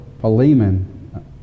Philemon